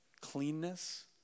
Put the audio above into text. cleanness